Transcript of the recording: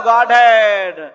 Godhead